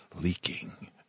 leaking